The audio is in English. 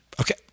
Okay